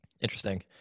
interesting